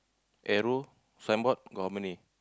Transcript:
arrow signboard got how many